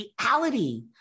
reality